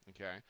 Okay